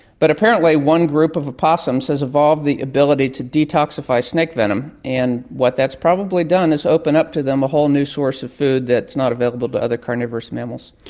but apparently one group of opossums has evolved the ability to detoxify snake venom, and what that's probably done is open up to them a whole new source of food that's not available to other carnivorous mammals.